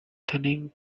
turning